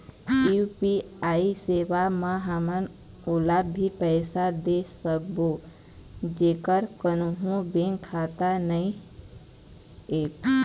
UPI सेवा म हमन ओला भी पैसा दे सकबो जेकर कोन्हो बैंक खाता नई ऐप?